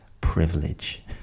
privilege